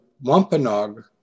Wampanoag